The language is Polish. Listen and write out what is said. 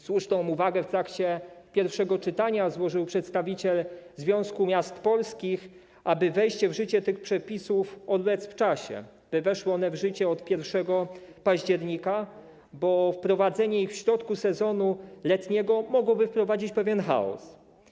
Słuszną uwagę w trakcie pierwszego czytania zgłosił przedstawiciel Związku Miast Polskich, aby wejście w życie tych przepisów odwlec w czasie, by weszły one w życie od 1 października, bo wprowadzenie ich w środku sezonu letniego mogłoby spowodować pewien chaos.